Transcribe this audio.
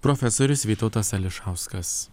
profesorius vytautas ališauskas